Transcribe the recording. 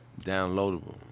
Downloadable